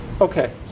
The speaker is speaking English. Okay